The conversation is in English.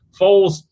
Foles